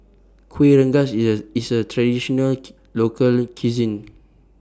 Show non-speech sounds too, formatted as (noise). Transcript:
Kuih Rengas easier IS A Traditional (noise) Local Cuisine